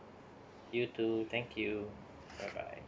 you too thank you bye bye